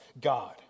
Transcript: God